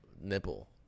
nipple